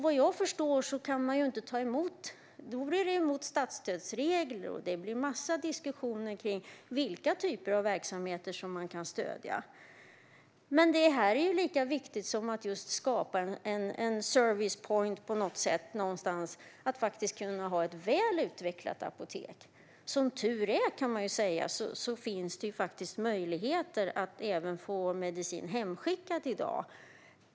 Vad jag förstår kan man inte ta emot medlen, för då går det emot statsstödsregler och blir en massa diskussioner kring vilka typer av verksamheter som man kan stödja. Men lika viktigt som att skapa en servicepoint någonstans är det att kunna ha ett väl utvecklat apotek. Som tur är finns det möjligheter att även få medicin hemskickad i dag.